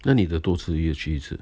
那你的多次月去一次